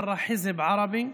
הערבית,